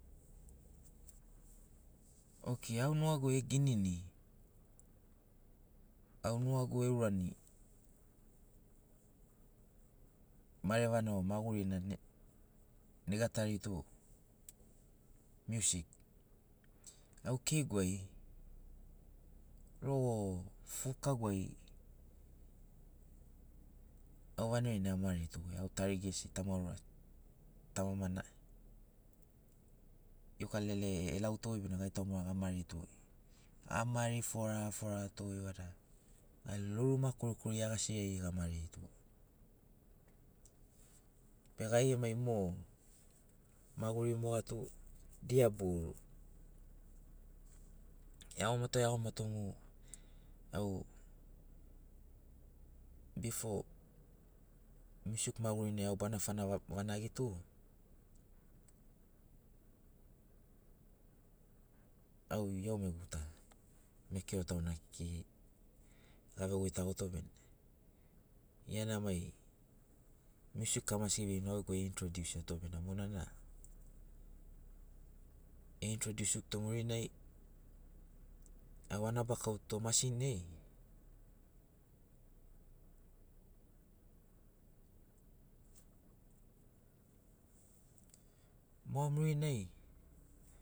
Okei au nugagu ai eginini au nugagu eurani marevana o magurina nega tari tu miusik. Au keiguai rogo futuaguai au vanagi vanagi a maritogoi au tarigu gesi tauma rua tamamana iukalele elautogoi bena gamaritogoi ga mari forara foraratogoi vada gai loruma kori koriri iagasiri ai ga maririto be gai gemai mo maguri moga tu dia boru iagomato iagomato mu au bifo miusik magurinai au bana fana vanagito au iaumegu ta mekeo tauna kekei gave goitagoto bena iana mai miusik kamasi gevein au gegu ai e introdiusiato bena monana e introdiusik to murinai au a nabakau to masin ai moga murinai